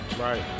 Right